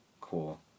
cool